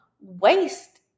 waste